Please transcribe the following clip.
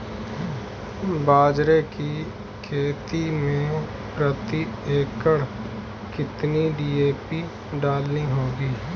बाजरे की खेती में प्रति एकड़ कितनी डी.ए.पी डालनी होगी?